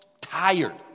tired